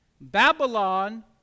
Babylon